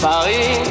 Paris